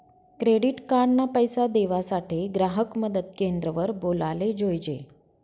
credit card ना पैसा देवासाठे ग्राहक मदत क्रेंद्र वर बोलाले जोयजे